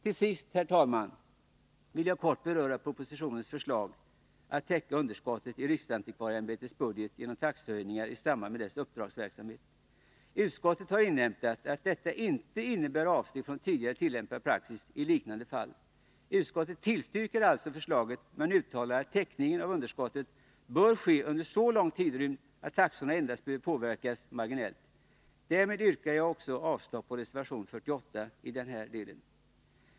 Till sist, herr talman, vill jag kort beröra propositionens förslag att täcka underskott i riksantikvarieämbetets budget genom taxehöjningar i samband med dess uppdragsverksamhet. Utskottet har inhämtat att detta inte innebär avsteg från tidigare tillämpad praxis i liknande fall. Utskottet tillstyrker alltså förslaget men uttalar att täckningen av underskottet bör ske under så lång tidrymd att taxorna endast behöver påverkas marginellt. Därmed yrkar jag också avslag på reservation 48 i denna del.